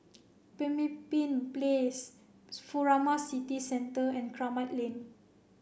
Pemimpin Place Furama City Centre and Kramat Lane